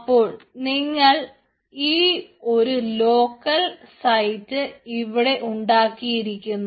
അപ്പോൾ നിങ്ങൾ ഒരു ലോക്കൽ സൈറ്റ് ഇവിടെ ഉണ്ടാക്കിയിരിക്കുന്നു